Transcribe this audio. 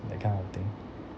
that kind of thing